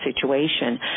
situation